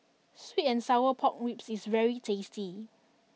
Sweet and Sour Pork Ribs is very tasty